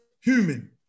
human